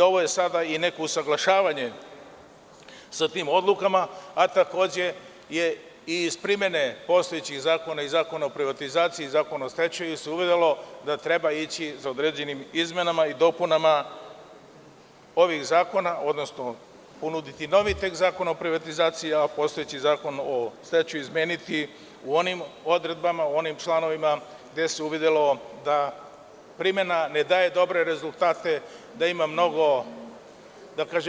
Ovo je sada i neko usaglašavanje sa tim odlukama, a takođe i iz primene postojećih zakona i Zakona o privatizaciji i Zakona o stečaju, se uverilo da treba ići za određenim izmenama i dopunama ovih zakona, odnosno ponuditi novi tekst Zakona o privatizaciji, a postojeći Zakon o stečaju izmeniti u onim odredbama, onim članovima gde se uvidelo da primena ne daje dobre rezultate, da ima mnogo